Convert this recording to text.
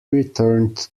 returned